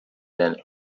than